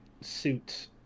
suit